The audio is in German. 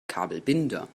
kabelbinder